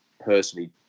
personally